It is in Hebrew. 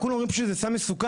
כולם אומרים שזהו סם מסוכן.